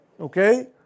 Okay